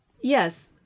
Yes